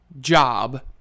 job